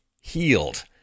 healed